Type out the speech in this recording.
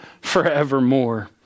forevermore